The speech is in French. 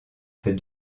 ces